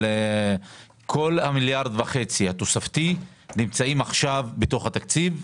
כל ה-1.5 מיליארד שקלים התוספתי נמצאים עכשיו בתוך התקציב.